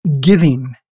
Giving